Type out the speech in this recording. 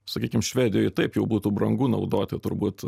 sakykim švedijoj taip jau būtų brangu naudoti turbūt